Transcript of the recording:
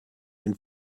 den